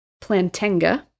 Plantenga